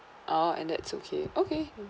ah and that's okay okay